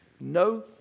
no